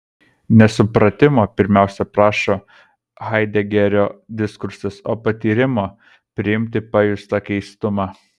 ne supratimo pirmiausia prašo haidegerio diskursas o patyrimo priimti pajustą keistumą